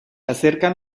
acercan